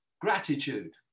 gratitude